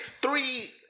three